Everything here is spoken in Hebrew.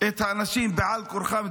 את האנשים בעל-כורחם,